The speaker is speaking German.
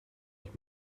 euch